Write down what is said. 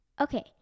Okay